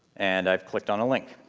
and i've clicked on a link.